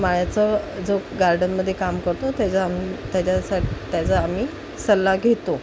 माळ्याचं जो गार्डनमध्ये काम करतो त्याचा आम त्याच्यासा त्याचा आम्ही सल्ला घेतो